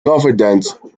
confident